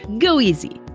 go easy.